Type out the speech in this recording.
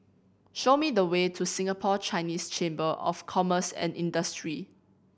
show me the way to Singapore Chinese Chamber of Commerce and Industry